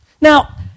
Now